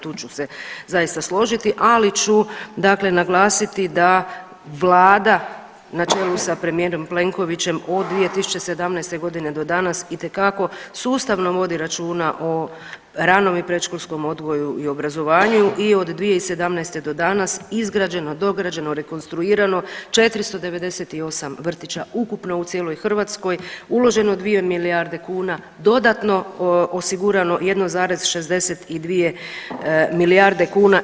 Tu ću se zaista složiti, ali ću dakle naglasiti da vlada na čelu sa premijerom Plenkovićem od 2017. godine do danas itekako sustavno vodi računa o ranom i predškolskom odgoju i obrazovanju i od 2017. do danas izgrađeno, dograđeno, rekonstruirano 498 vrtića ukupno u cijeloj Hrvatskoj, uloženo 2 milijarde kuna, dodatno osigurano 1,62 milijarde kuna.